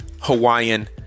Hawaiian